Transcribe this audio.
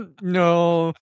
no